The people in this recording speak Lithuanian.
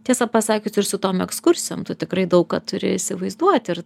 tiesą pasakius ir su tom ekskursijom tu tikrai daug ką turi įsivaizduot ir